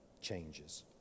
changes